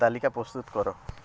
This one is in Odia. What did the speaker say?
ତାଲିକା ପ୍ରସ୍ତୁତ କର